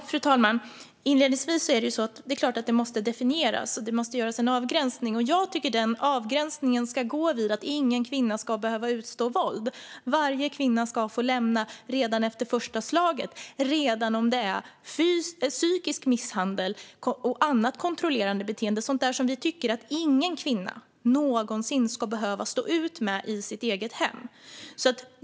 Fru talman! Det är klart att detta måste definieras och att det måste göras en avgränsning. Jag tycker att den avgränsningen ska gå vid att ingen kvinna ska behöva utstå våld. Varje kvinna ska få lämna en relation redan efter första slaget, även om det handlar om psykisk misshandel eller annat kontrollerande beteende - sådant som vi tycker att ingen kvinna någonsin ska behöva stå ut med i sitt eget hem.